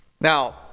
Now